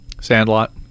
Sandlot